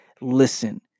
listen